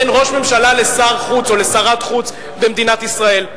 בין ראש ממשלה לשר חוץ או לשרת חוץ במדינת ישראל.